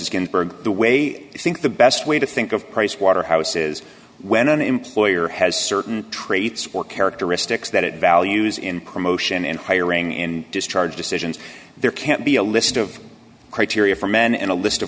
ginsburg the way i think the best way to think of pricewaterhouse is when an employer has certain traits or characteristics that it values in promotion and hiring and discharge decisions there can't be a list of criteria for men and a list of